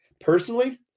Personally